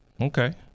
okay